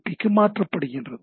B க்கு மாற்ற பயன்படுகிறது